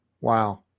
Wow